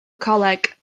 coleg